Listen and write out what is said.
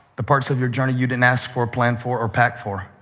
the parts of your journey you didn't ask for, plan for, or pack for.